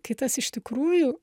kai tas iš tikrųjų